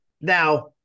Now